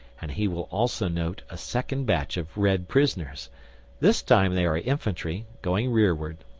and he will also note a second batch of red prisoners this time they are infantry, going rearward.